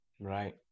Right